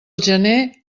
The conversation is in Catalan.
gener